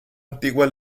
antigua